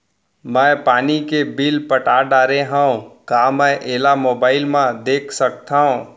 मैं पानी के बिल पटा डारे हव का मैं एला मोबाइल म देख सकथव?